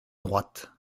droite